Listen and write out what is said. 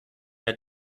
are